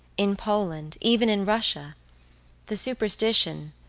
in poland, even in russia the superstition,